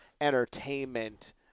entertainment